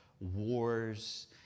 wars